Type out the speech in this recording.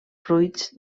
fruits